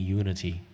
unity